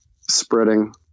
spreading